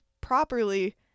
properly